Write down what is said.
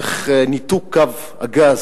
איך ניתוק קו הגז